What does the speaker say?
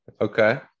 Okay